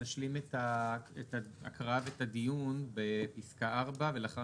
שנשלים את ההקראה ואת הדיון בפסקה ארבע ולאחר